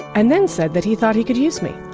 and then said that he thought he could use me.